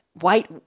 white